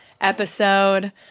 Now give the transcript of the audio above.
episode